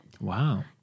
Wow